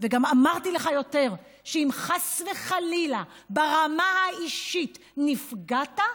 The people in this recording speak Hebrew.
וגם אמרתי לך יותר: שאם חס וחלילה ברמה האישית נפגעת,